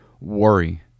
worry